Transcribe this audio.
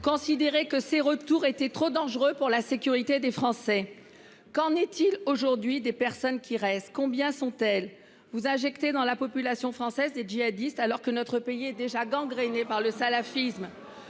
considéré que ces retours était trop dangereux pour la sécurité des Français. Qu'en est-il aujourd'hui des personnes qui reste combien sont-elles vous injecter dans la population française des djihadistes alors que notre pays est déjà gangrénée par le salafisme.